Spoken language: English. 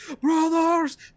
brothers